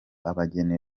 abageni